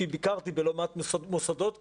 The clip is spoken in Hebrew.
כי ביקרתי בלא מעט מוסדות כאלה,